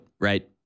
right